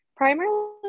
primarily